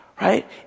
right